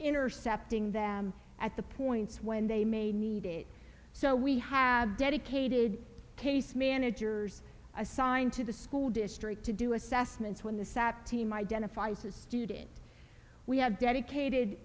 intercepting them at the points when they may need it so we have dedicated case managers assigned to the school district to do assessments when the sat team identifies as stupid we have dedicated